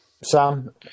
Sam